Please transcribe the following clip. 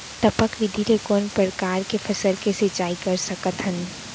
टपक विधि ले कोन परकार के फसल के सिंचाई कर सकत हन?